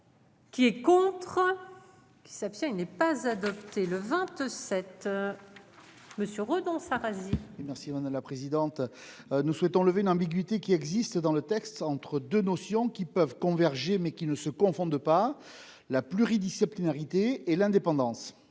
Qui est contre. Qui s'abstient. Il n'est pas adopté le 27. Monsieur renonce à raser. Nina Simone à la présidente. Nous souhaitons lever une ambiguïté qui existe dans le texte entre 2 notions qui peuvent converger mais qui ne se confondent pas. La pluridisciplinarité et l'indépendance.